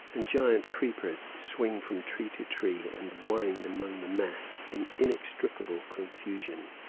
and giant creepers swing from tree to tree and wind among the mass in inextricable confusion.